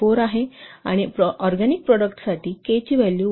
4 आहे आणि ऑरगॅनिक प्रॉडक्टसाठी 'k' ची व्हॅल्यू 1